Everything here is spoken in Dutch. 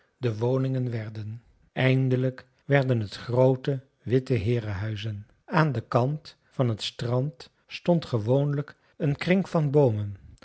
de woningen werden eindelijk werden het groote witte heerenhuizen aan den kant van het strand stond gewoonlijk een kring van boomen